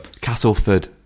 Castleford